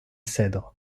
cedres